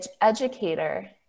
educator